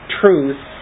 truth